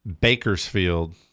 Bakersfield